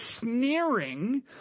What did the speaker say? sneering